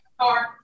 car